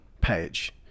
page